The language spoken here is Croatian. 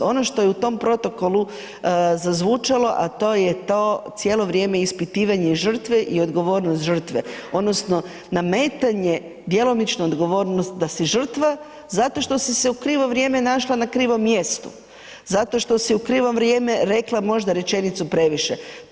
Ono što je u tom protokolu zazvučalo a to je to, cijelo vrijeme ispitivanje žrtve i odgovornost žetve odnosno nametanje djelomična odgovornost da si žrtva zato što si se u krivo vrijeme našla na krivom mjestu, zato što si u krivo vrijeme rekla možda rečenicu previše.